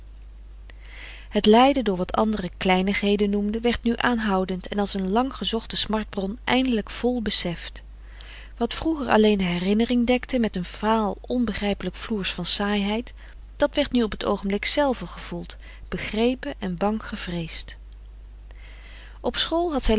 het lijden door wat anderen kleinigheden noemden werd nu aanhoudend en als een lang gezochte smartbron eindelijk vol beseft wat vroeger alleen de herinnering dekte met een vaal onbegrijpelijk floers van saaiheid dat werd nu op t oogenblik zelve gevoeld begrepen en bang gevreesd op school had zij